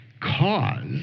cause